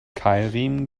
keilriemen